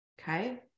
okay